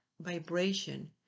vibration